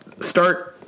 start